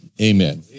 Amen